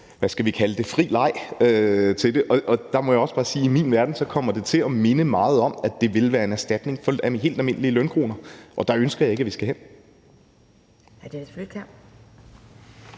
hvad skal vi kalde det – fuldstændig fri leg. Der må jeg også bare sige, at i min verden kommer det til at minde meget om, at det vil være en erstatning for helt almindelige lønkroner. Der ønsker jeg ikke vi skal hen. Kl. 12:23 Anden næstformand